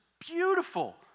beautiful